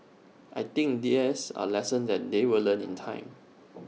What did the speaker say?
I think these are lessons that they will learn in time